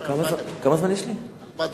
יש לך ארבע דקות,